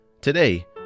Today